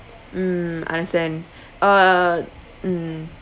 mm understand uh um